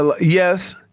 Yes